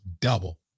double